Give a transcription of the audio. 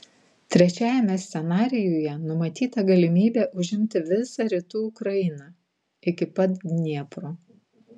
trečiajame scenarijuje numatyta galimybė užimti visą rytų ukrainą iki pat dniepro